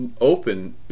open